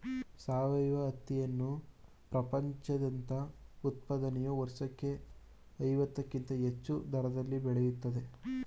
ಸಾವಯವ ಹತ್ತಿಯನ್ನು ಪ್ರಪಂಚದಾದ್ಯಂತ ಉತ್ಪಾದನೆಯು ವರ್ಷಕ್ಕೆ ಐವತ್ತಕ್ಕಿಂತ ಹೆಚ್ಚು ದರದಲ್ಲಿ ಬೆಳೆಯುತ್ತಿದೆ